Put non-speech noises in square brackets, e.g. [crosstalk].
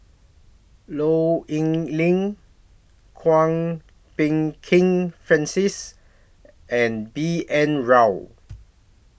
Low Yen Ling Kwok Peng Kin Francis and B N Rao [noise]